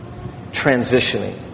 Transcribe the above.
Transitioning